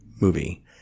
movie